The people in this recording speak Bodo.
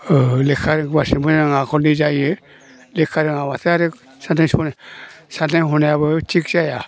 लेखा रोंब्लासो आखल मोजां जायो लेखा रोङाब्लाथाय आरो साननाय हनाय साननाय हनायाबो थिग जाया